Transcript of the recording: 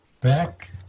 back